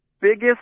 biggest